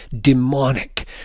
demonic